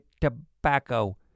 tobacco